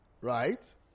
right